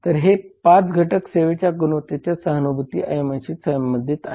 तर हे 5 घटक सेवा गुणवत्तेच्या सहानुभूती आयामशी संबंधित आहेत